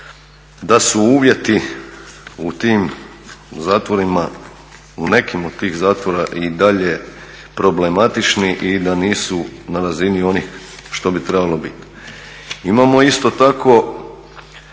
da su uvjeti u tim zatvorima, u nekim od tih zatvora, i dalje problematični i da nisu na razini onih što bi trebalo biti. Imamo isto tako